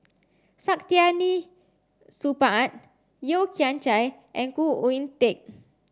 Saktiandi Supaat Yeo Kian Chai and Khoo Oon Teik